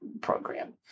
Program